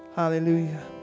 hallelujah